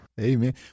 Amen